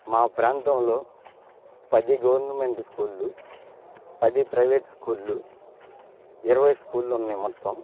మా ప్రాంతంలో పది గవర్నమెంటు స్కూళ్లు పది ప్రైవేటు స్కూళ్లు ఇరవై స్కూళ్లు ఉన్నాయి మొత్తం